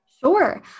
Sure